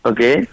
Okay